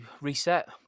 reset